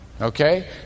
Okay